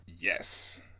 Yes